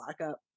lockup